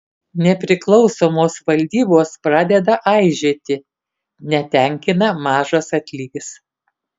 nepriklausomos valdybos pradeda aižėti netenkina mažas atlygis